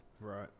Right